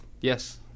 Yes